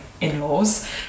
in-laws